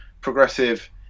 progressive